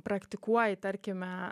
praktikuoji tarkime